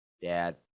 dad